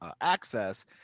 access